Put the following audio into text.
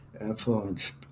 influenced